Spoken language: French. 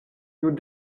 nous